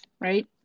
right